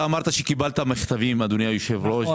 אתה אמרת שקיבלת מכתבים, אדוני היושב ראש.